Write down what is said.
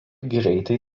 greitai